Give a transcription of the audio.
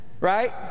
right